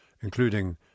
including